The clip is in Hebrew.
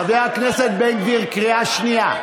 חבר הכנסת בן גביר, קריאה שנייה.